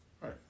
Right